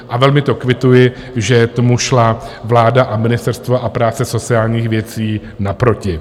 A velmi to kvituji, že tomu šla vláda a Ministerstvo práce a sociálních věcí naproti.